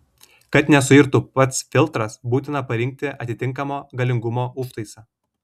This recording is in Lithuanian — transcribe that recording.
kad nesuirtų pats filtras būtina parinkti atitinkamo galingumo užtaisą